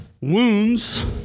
wounds